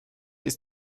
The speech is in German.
ist